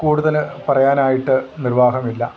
കൂടുതൽ പറയാനായിട്ട് നിർവ്വാഹമില്ല